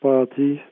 Party